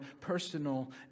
personal